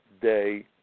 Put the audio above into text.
Day